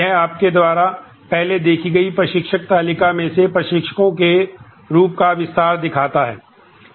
यह आपके द्वारा पहले देखी गई प्रशिक्षक तालिका में से प्रशिक्षकों के रूप का विस्तार दिखाता है